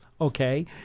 okay